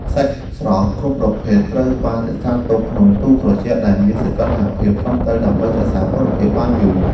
សាច់ស្រស់គ្រប់ប្រភេទត្រូវបានរក្សាទុកក្នុងទូត្រជាក់ដែលមានសីតុណ្ហភាពត្រឹមត្រូវដើម្បីរក្សាគុណភាពបានយូរ។